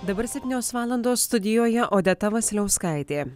dabar septynios valandos studijoje odeta vasiliauskaitė